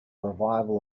revival